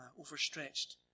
overstretched